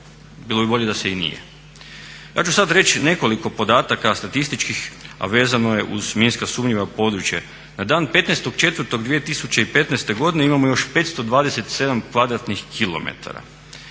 Bilo bi bolje da se i nije. Ja ću sad reći nekoliko podataka statističkih, a vezano je uz minska sumnjiva područja. Na dan 15.4.2015. godine imamo još 527 km2. Od toga